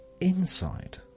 inside